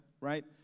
right